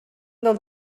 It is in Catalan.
del